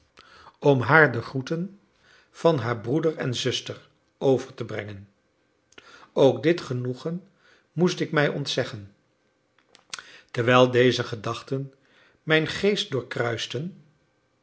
om haar de groeten van haar broeder en zuster over te brengen ook dit genoegen moest ik mij ontzeggen terwijl deze gedachten mijn geest